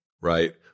right